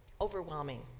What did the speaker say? Overwhelming